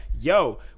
Yo